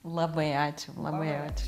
labai ačiū labai ačiū